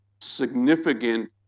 Significant